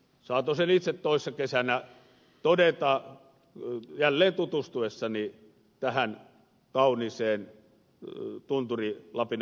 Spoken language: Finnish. saatoin sen itse toissa kesänä todeta jälleen tutustuessani tähän kauniiseen tunturi lapin alueeseen